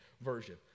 version